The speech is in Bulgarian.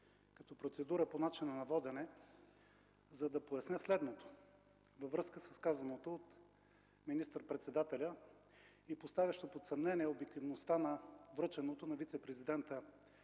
като процедура по начина на водене, за да поясня следното във връзка с казаното от министър-председателя и поставящо под съмнение обективността на връченото на вицепрезидента Ангел